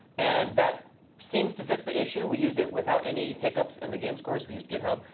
and that seems to fix the issue. we use it without any hiccups in the games course. we used github.